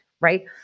right